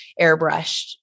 airbrushed